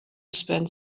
spend